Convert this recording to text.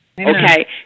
okay